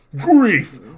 Grief